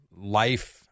life